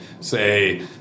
say